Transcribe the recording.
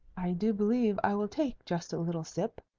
i do believe i will take just a little sip,